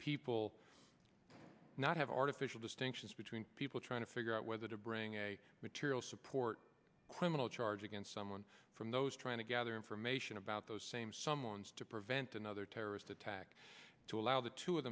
people not have artificial distinctions between people trying to figure out whether to bring a material support criminal charge against someone from those trying to gather information about those same someones to prevent another terrorist attack to allow the two of